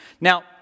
Now